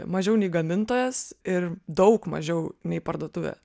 mažiau nei gamintojas ir daug mažiau nei parduotuvė